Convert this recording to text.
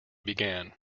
began